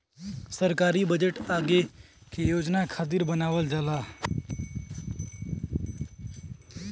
सरकारी बजट आगे के योजना खातिर बनावल जाला